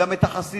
גם את החסידים,